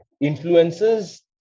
influences